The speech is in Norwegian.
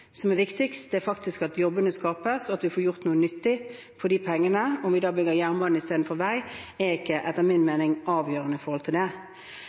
som er viktigst, men det er at jobbene faktisk skapes, og at vi får gjort noe nyttig for de pengene. Om vi da bygger jernbane istedenfor vei, er ikke etter min mening avgjørende i forhold til det.